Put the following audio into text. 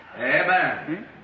Amen